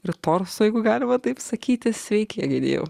ir torsą jeigu galima taip sakyti sveiki egidijau